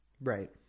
right